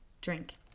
Drink